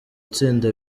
itsinda